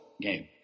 game